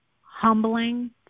humbling